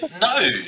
No